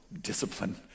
discipline